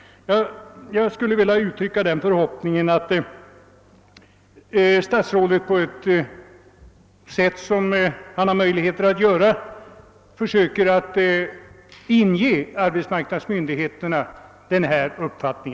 Jag vill uttrycka den förhoppningen att statsrådet på det sätt som han har möjligheter till försöker inge arbetsmarknadsmyndigheterna denna uppfattning.